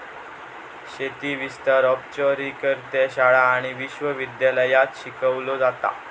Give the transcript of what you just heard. शेती विस्तार औपचारिकरित्या शाळा आणि विश्व विद्यालयांत शिकवलो जाता